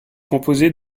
composée